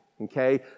Okay